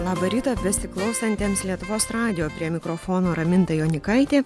labą rytą besiklausantiems lietuvos radijo prie mikrofono raminta jonykaitė